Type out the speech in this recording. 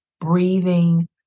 breathing